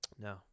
No